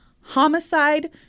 homicide